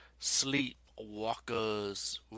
Sleepwalkers